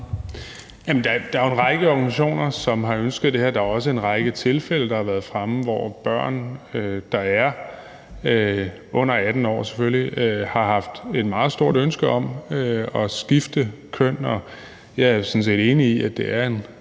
er jo en række organisationer, som har ønsket det her. Der har også været en række tilfælde fremme om børn, der er under 18 år, som har haft et meget stort ønske om at skifte køn. Jeg er sådan set enig i, at det er en